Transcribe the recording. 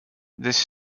this